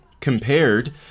Compared